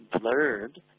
blurred